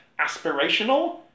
aspirational